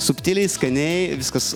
subtiliai skaniai viskas